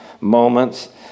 moments